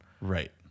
Right